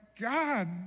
God